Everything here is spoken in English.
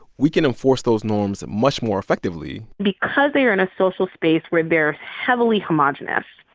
we can enforce those norms much more effectively because they're in a social space where they're heavily homogenous,